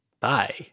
bye